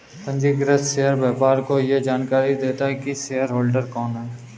पंजीकृत शेयर व्यापार को यह जानकरी देता है की शेयरहोल्डर कौन है